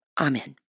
Amen